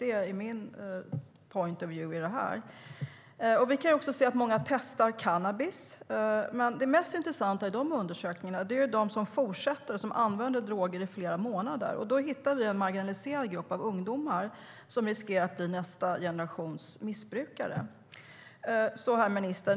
Det är min point of view i det här. Herr minister!